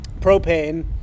Propane